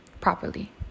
properly